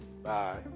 bye